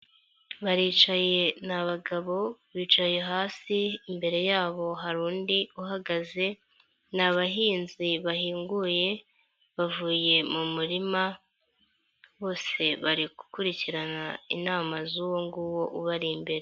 Baricaye n'abagabo bicaye hasi, imbere yabo hari undi uhagaze ni abahinzi bahinguye bavuye mu murima, bose bari gukurikirana inama z'uwo nguwo ubari imbere.